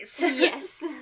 Yes